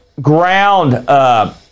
ground